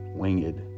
winged